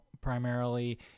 primarily